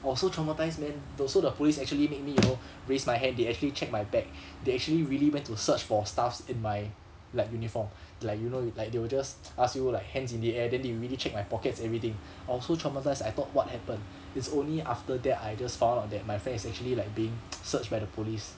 I was so traumatised man also the police actually make me you know raise my hand they actually checked my back they actually really went to search for stuffs in my lab uniform like you know like they will just ask you like hands in the air then they really check my pockets everything I was so traumatised I thought what happen it's only after that I just found out that my friend is actually like being searched by the police